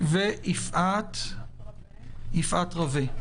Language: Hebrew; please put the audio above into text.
ויפעת רווה.